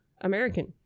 American